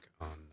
on